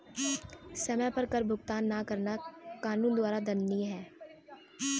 समय पर कर का भुगतान न करना कानून द्वारा दंडनीय है